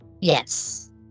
Yes